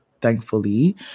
thankfully